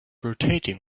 rotating